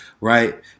right